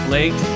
Lake